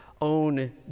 own